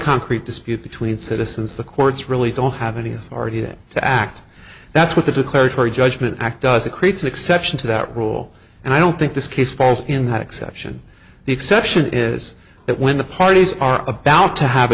concrete dispute between citizens the courts really don't have any authority to act that's what the declaratory judgment act does it creates an exception to that rule and i don't think this case falls in that exception the exception is that when the parties are about to have a